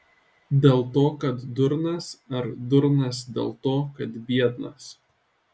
dėl to kad durnas ar durnas dėl to kad biednas